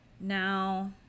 Now